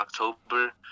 October